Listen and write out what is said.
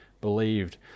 believed